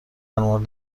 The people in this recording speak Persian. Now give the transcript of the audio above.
مورد